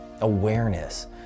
awareness